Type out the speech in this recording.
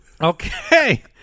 Okay